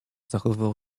zachowywał